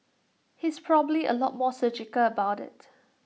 he's probably A lot more surgical about IT